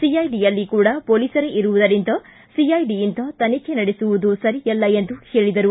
ಸಿಐಡಿಯಲ್ಲಿ ಕೂಡಾ ಪೊಲೀಸರೇ ಇರುವುದರಿಂದ ಸಿಐಡಿಯಿಂದ ತನಿಖೆ ನಡೆಸುವುದು ಸರಿಯಲ್ಲ ಎಂದು ಹೇಳಿದರು